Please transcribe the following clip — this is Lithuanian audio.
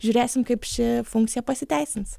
žiūrėsim kaip ši funkcija pasiteisins